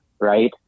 right